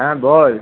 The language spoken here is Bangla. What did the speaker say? হ্যাঁ বল